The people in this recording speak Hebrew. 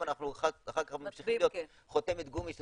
-- ואנחנו אחר כך ממשיכים להיות חותמת גומי של